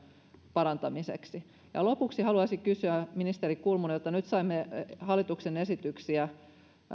parantamiseksi lopuksi haluaisin kysyä ministeri kulmunilta nyt saimme hallituksen esityksiä